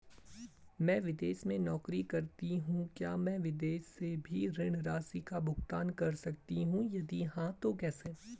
मैं विदेश में नौकरी करतीं हूँ क्या मैं विदेश से भी ऋण राशि का भुगतान कर सकती हूँ यदि हाँ तो कैसे?